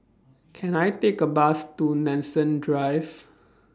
Can I Take A Bus to Nanson Drive